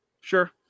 Sure